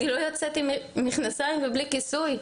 אני לא יוצאת עם מכנסיים ובלי כיסוי.